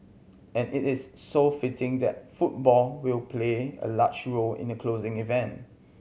and it is so fitting that football will play a large role in the closing event